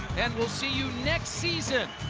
and we'll see you next season.